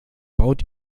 baut